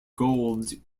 gold